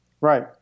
right